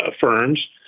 firms